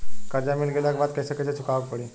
कर्जा मिल गईला के बाद कैसे कैसे चुकावे के पड़ी?